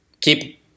keep